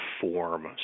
form